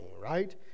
right